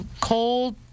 cold